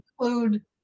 include